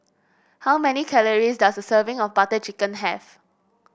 how many calories does a serving of Butter Chicken have